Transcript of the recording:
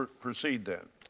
proceed, then.